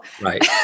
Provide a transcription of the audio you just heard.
Right